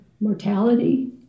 mortality